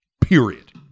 period